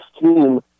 team